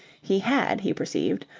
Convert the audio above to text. he had, he perceived,